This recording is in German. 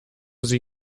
sie